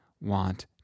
want